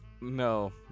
No